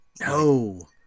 No